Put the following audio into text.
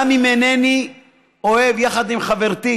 גם אם אינני אוהב, יחד עם חברתי,